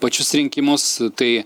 pačius rinkimus tai